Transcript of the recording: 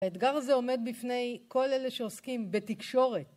האתגר הזה עומד בפני כל אלה שעוסקים בתקשורת.